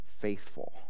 faithful